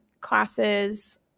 classes